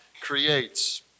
creates